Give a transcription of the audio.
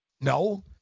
No